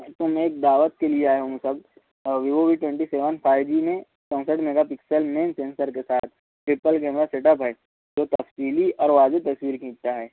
آج تو میں ایک دعوت کے لیے آیا ہوں مصعب اور Vivo V twenty seven five G میں چونسٹھ میگا پکسل مین سینسر کے ساتھ ٹرپل کیمرہ سیٹ اپ ہے جو تفصیلی اور واجب تصویر کھینچتا ہے